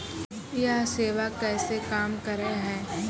यह सेवा कैसे काम करै है?